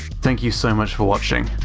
thank you so much for watching.